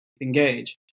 engage